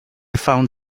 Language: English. found